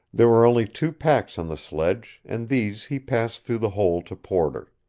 there were only two packs on the sledge, and these he passed through the hole to porter.